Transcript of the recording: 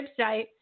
website